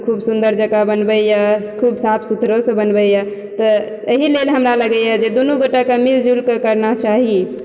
खूब सुन्दर जेकाँ बनबयए खूब साफ सुथरोसँ बनबयए तऽ एहि लेल हमरा लागयए जे दुनूगोटेक मिल जुलिकऽ करना चाही